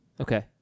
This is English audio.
Okay